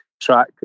track